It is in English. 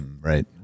right